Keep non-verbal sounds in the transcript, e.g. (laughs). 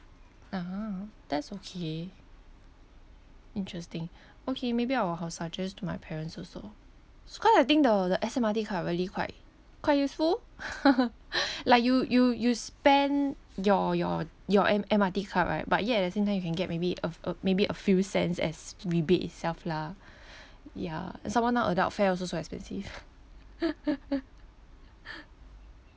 ah that’s okay interesting okay maybe I will I will suggest to my parents also so quite I think the the S_M_R_T card really quite quite useful (laughs) like you you you spend your your your M~ M_R_T card right but yet at the same time you can get maybe a f~ a maybe a few cents as rebate itself lah (breath) yeah and some more now adult fare also so expensive (laughs)